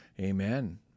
Amen